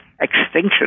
extinction